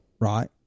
right